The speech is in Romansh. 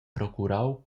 procurau